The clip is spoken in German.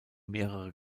mehrere